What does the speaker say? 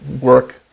work